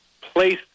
place